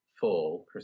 full